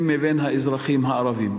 הם מבין האזרחים הערבים.